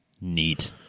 neat